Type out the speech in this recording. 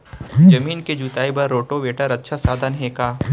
जमीन के जुताई बर रोटोवेटर अच्छा साधन हे का?